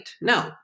No